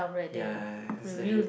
ya